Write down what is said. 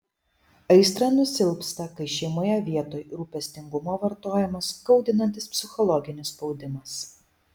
aistra nusilpsta kai šeimoje vietoj rūpestingumo vartojamas skaudinantis psichologinis spaudimas